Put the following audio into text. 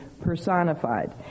personified